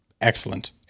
excellent